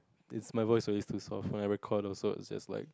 is my voice really too soft when I record also it's just like